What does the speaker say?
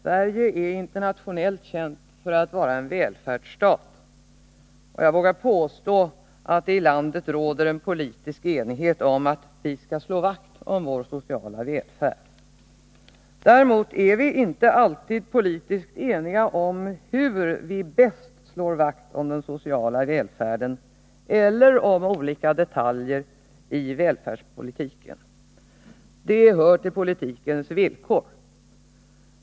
Herr talman! Sverige är internationellt känt för att vara en välfärdsstat. Jag vågar påstå att det i landet råder en politisk enighet om att vi skall slå vakt om vår sociala välfärd. Däremot är vi inte alltid politiskt eniga om hur vi bäst slår vakt om den sociala välfärden eller om olika detaljer i välfärdspolitiken. Det hör till politikens villkor.